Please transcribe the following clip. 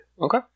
Okay